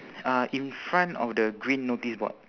uh in front of the green notice board